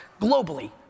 globally